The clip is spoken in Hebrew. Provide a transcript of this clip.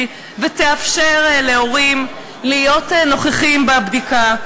ותאפשר להורים להיות נוכחים בבדיקה,